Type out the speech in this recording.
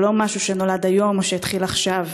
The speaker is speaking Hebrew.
זה לא משהו שנולד היום או שהתחיל עכשיו.